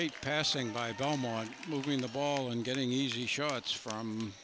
for passing by belmont moving the ball and getting easy shots from